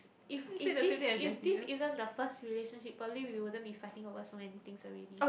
if if this if this is not the first relationship probably we wouldn't fighting over so many things already